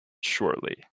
shortly